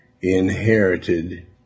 inherited